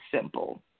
simple